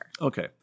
Okay